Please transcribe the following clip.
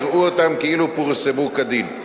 יראו אותן כאילו פורסמו כדין.